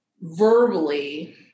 verbally